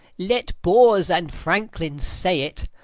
let boors and franklins say it,